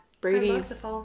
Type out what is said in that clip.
Brady's